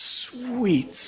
sweet